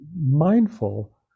mindful